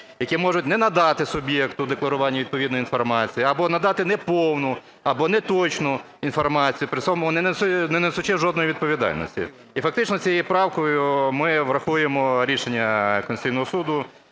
які можуть не надати суб'єкту декларування відповідної інформації або надати неповну, або неточну інформацію, при цьому не несучи жодної відповідальності. І фактично цією правкою ми врахуємо рішення Конституційного Суду